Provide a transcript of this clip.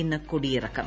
ഇന്ന് കൊടിയിറക്കം